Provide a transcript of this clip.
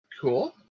Cool